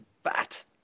fat